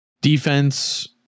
defense